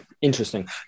Interesting